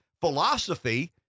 philosophy